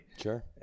Sure